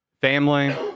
family